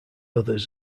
others